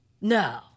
No